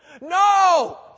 No